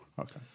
Okay